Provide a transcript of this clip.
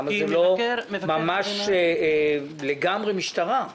למה אתה לא ממש לגמרי משטרה?